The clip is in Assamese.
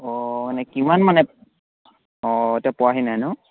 অঁ মানে কিমান মানে অঁ এতিয়া পোৱাহি নাই ন